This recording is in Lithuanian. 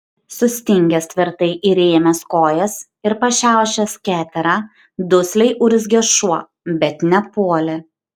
sustingęs tvirtai įrėmęs kojas ir pašiaušęs keterą dusliai urzgė šuo bet nepuolė